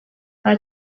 nta